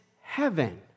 heaven